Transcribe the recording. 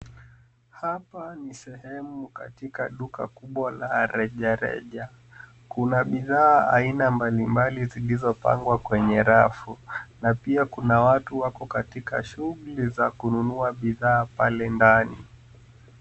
Hapa ni sehemu katika duka kubwa la rejareja. Kuna bidhaa aina mbalimbali zilizopangwa kwenye rafu, pia kuna watu wako katika shughuli za kununua bidhaa pale ndani.